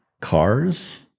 cars